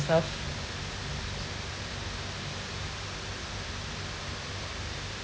yourself